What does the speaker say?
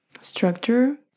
structure